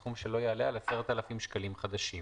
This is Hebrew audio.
בסכום שלא יעלה על 10,000 שקלים חדשים.